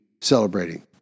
celebrating